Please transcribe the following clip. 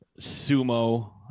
sumo